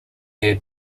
near